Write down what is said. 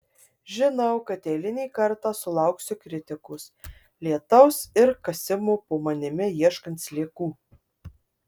žinau kad eilinį kartą sulauksiu kritikos lietaus ir kasimo po manimi ieškant sliekų